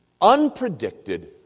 unpredicted